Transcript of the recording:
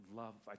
love